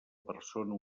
persona